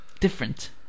different